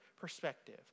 perspective